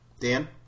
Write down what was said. Dan